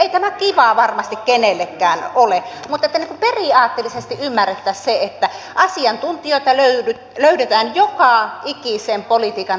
ei tämä kivaa varmasti kenellekään ole mutta pitäisi periaatteellisesti ymmärtää se että asiantuntijoita löydetään joka ikiseen politiikanlohkoon jolla voidaan omaa kantaa perustella